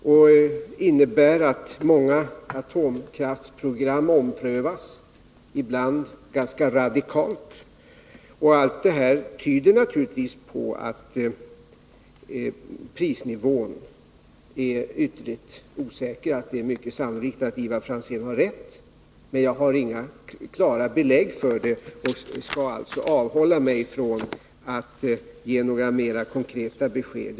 Den leder till att många atomkraftsprogram omprövas, ibland ganska radikalt. Allt detta tyder naturligtvis på att prisnivån är ytterligt osäker och att det är mycket sannolikt att Ivar Franzén har rätt. Men jag har inte klara belägg för det, och jag skall därför avhålla mig från att ge några mer konkreta besked.